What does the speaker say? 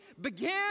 began